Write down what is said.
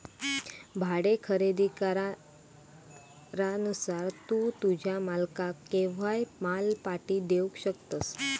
भाडे खरेदी करारानुसार तू तुझ्या मालकाक केव्हाय माल पाटी देवक शकतस